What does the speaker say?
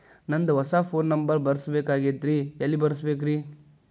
ನಂದ ಹೊಸಾ phone number ಬರಸಬೇಕ್ ಆಗೈತ್ರಿ ಎಲ್ಲೆ ಬರಸ್ಬೇಕ್ರಿ?